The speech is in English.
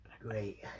Great